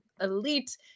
elite